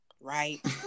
Right